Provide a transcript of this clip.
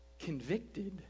convicted